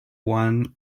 one